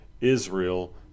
Israel